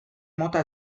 mota